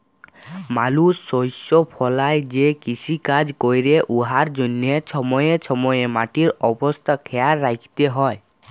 মালুস শস্য ফলাঁয় যে কিষিকাজ ক্যরে উয়ার জ্যনহে ছময়ে ছময়ে মাটির অবস্থা খেয়াল রাইখতে হ্যয়